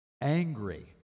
angry